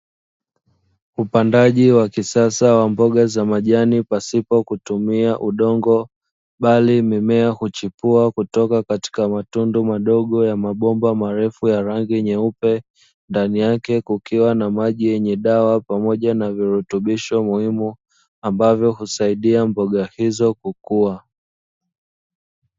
Upandaji wa kisasa wa mboga za majani pasipo kutumia udongo bali mimea uchipua kutoka katika matundu madogo ya mabomba marefu ya rangi nyeupe, ndani yake kukiwa na maji yenye dawa pamoja na virutubisho muhimu ambavyo usahidia mboga hizo kukua.